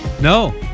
No